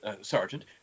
Sergeant